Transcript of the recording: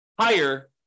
higher